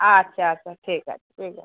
আচ্ছা আচ্ছা ঠিক আছে ঠিক আছে